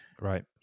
Right